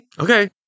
Okay